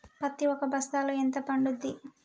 పత్తి ఒక బస్తాలో ఎంత పడ్తుంది?